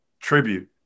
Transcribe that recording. tribute